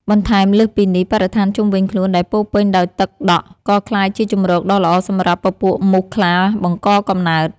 បន្ថែមលើសពីនេះ បរិស្ថានជុំវិញខ្លួនដែលពោរពេញដោយទឹកដក់ ក៏ក្លាយជាជម្រកដ៏ល្អសម្រាប់ពពួកមូសខ្លាបង្កកំណើត។